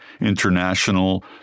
international